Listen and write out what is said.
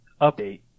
update